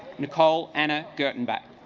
nicole anna girton back